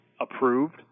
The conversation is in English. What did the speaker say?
approved